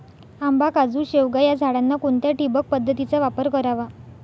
आंबा, काजू, शेवगा या झाडांना कोणत्या ठिबक पद्धतीचा वापर करावा?